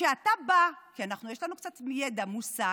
כשאתה בא, כי יש לנו קצת ידע, מושג,